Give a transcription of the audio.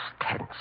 tense